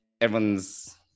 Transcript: everyone's